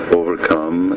overcome